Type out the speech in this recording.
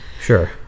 Sure